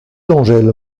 d’angèle